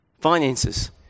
Finances